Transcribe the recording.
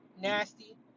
nasty